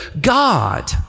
God